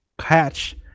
catch